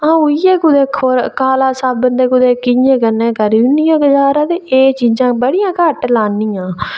अ'ऊं इ'यै कुतै खो काला साबुन ते कुतै कि'यां चीजें ने करी ओड़नी गुजारा ते एह् चीजां बड़ियां घट्ट लान्नी आं